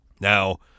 Now